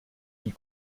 die